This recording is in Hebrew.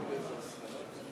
במתחמים מועדפים לדיור (הוראת שעה),